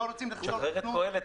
לא רוצים לחזור לתכנון.